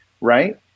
right